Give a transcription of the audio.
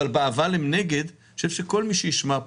אבל באבל הם נגד אני חושב שכל מ שישמע פה,